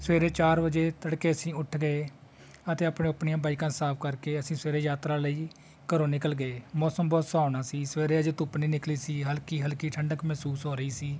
ਸਵੇਰੇ ਚਾਰ ਵਜੇ ਤੜਕੇ ਅਸੀਂ ਉੱਠ ਗਏ ਅਤੇ ਆਪਣੇ ਆਪਣੀਆਂ ਬਾਈਕਾਂ ਸਾਫ਼ ਕਰਕੇ ਅਸੀਂ ਸਵੇਰੇ ਯਾਤਰਾ ਲਈ ਜੀ ਘਰੋਂ ਨਿਕਲ ਗਏ ਮੌਸਮ ਬਹੁਤ ਸੁਹਾਵਣਾ ਸੀ ਸਵੇਰੇ ਅਜੇ ਧੁੱਪ ਨਹੀਂ ਨਿਕਲੀ ਸੀ ਹਲਕੀ ਹਲਕੀ ਠੰਡਕ ਮਹਿਸੂਸ ਹੋ ਰਹੀ ਸੀ